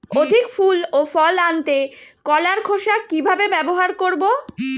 অধিক ফুল ও ফল আনতে কলার খোসা কিভাবে ব্যবহার করব?